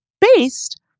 based